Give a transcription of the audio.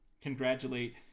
congratulate –